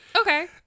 Okay